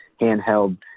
handheld